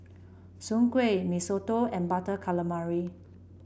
Soon Kway Mee Soto and Butter Calamari